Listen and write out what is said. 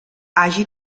hagi